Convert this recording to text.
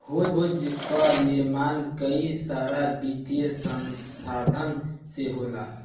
hedge कअ निर्माण कई सारा वित्तीय संसाधन से होला